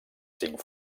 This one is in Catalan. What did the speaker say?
cinc